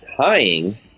tying